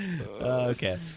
Okay